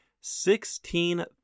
Sixteen